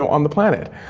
on the planet.